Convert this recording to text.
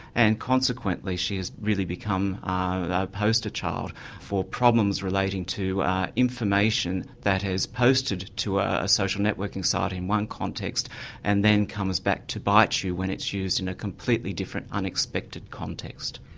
and consequently she has really become a poster child for problems relating to information that has posted to a a social networking site in one context and then comes back to bite you when it's used in a completely different, unexpected context.